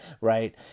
right